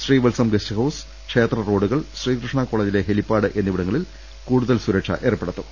Sreevalsam guest house ക്ഷേത്രറോഡുകൾ ശ്രീകൃഷ്ണ കോളേജിലെ helipad എന്നിവിടങ്ങളിൽ കൂടുതൽ സുരക്ഷ ഏർപ്പെ ടുത്തും